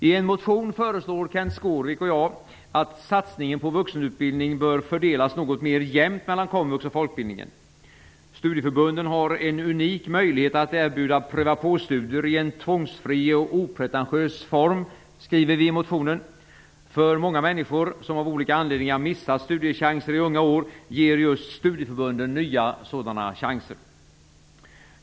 I en motion föreslår Kenth Skårvik och jag att satsningen på vuxenutbildning bör fördelas något mer jämnt mellan komvux och folkbildningen. Studieförbunden har en unik möjlighet att erbjuda pröva-påstudier i en tvångsfri och opretentiös form, skriver vi i motionen. För många människor, som av olika anledningar har missat studiechanser i unga år, ger just studieförbunden nya sådana chanser.